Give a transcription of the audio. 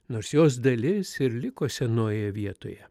nors jos dalis ir liko senojoje vietoje